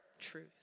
truth